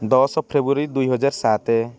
ଦଶ ଫେବୃଆରୀ ଦୁଇ ହଜାର ସାତେ